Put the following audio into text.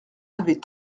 avait